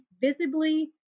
visibly